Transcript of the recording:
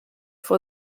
for